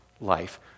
life